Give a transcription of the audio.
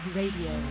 radio